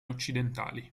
occidentali